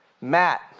Matt